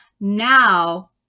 now